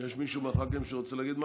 יש מישהו מהח"כים שרוצה להגיד משהו?